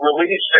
Release